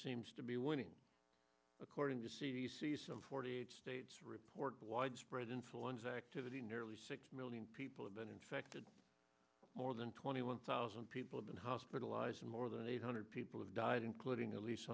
seems to be winning according to c d c some forty eight states reporting widespread influenza activity nearly six million people have been infected more than twenty one thousand people have been hospitalized and more than eight hundred people have died including at least